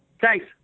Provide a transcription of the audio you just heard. Thanks